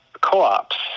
co-ops